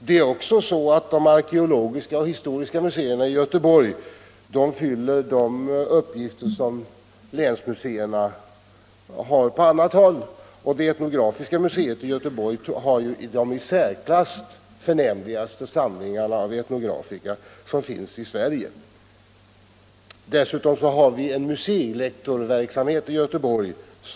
Det är också så att de arkeologiska och historiska museerna i Göteborg fyller de uppgifter som länsmuseerna har på annat håll och att det etnografiska museet i Göteborg har de i särklass förnämligaste samlingarna av etnografika som finns i Sverige. Dessutom har vi en museilektorverksamhet i Göteborg.